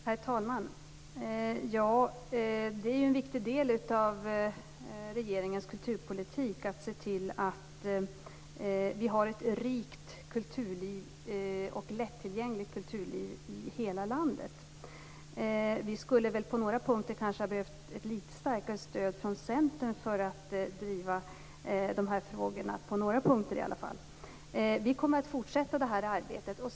Herr talman! Det är en viktig del av regeringens kulturpolitik att se till att vi har ett rikt och lättillgängligt kulturliv i hela landet. Vi skulle väl på några punkter kanske ha behövt ett litet starkare stöd från Centern för att driva dessa frågor. Vi kommer att fortsätta det här arbetet.